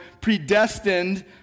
predestined